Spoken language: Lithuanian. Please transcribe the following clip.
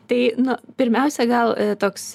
tai nu pirmiausia gal toks